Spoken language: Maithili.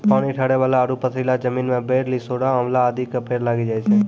पानी ठहरै वाला आरो पथरीला जमीन मॅ बेर, लिसोड़ा, आंवला आदि के पेड़ लागी जाय छै